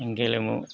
गेलेमु